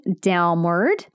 downward